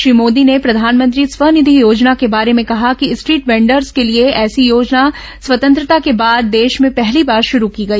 श्री मोदी ने प्रधानमंत्री स्वनिधि योजना के बारे में ॅकहा कि स्ट्रीट वेंडर्स के लिए ऐसी योजना स्वतंत्रता के बाद देश में पहली बार शुरू की गई